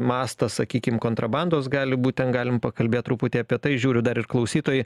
mastas sakykim kontrabandos gali būt ten galim pakalbėt truputį apie tai žiūriu dar ir klausytojai